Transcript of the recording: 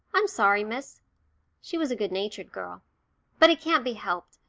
i'm sorry, miss she was a good-natured girl but it can't be helped.